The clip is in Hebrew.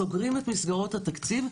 סוגרים את מסגרות התקציב,